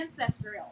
ancestral